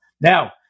Now